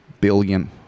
billion